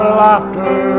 laughter